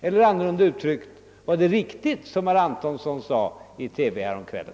Eller annorlunda uttryckt: Var det riktigt som herr Antonsson sade i TV häromkvällen?